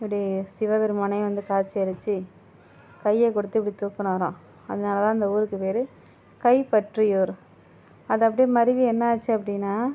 இப்படி சிவபெருமானே வந்து காட்சியளிச்சி கையை கொடுத்து இப்படி தூக்குனாராம் அதனால் தான் அந்த ஊருக்கு பேர் கைப்பற்றியூர் அது அப்படியே மருவி என்னாச்சு அப்படின்னா